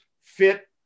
fit